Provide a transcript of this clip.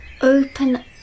Open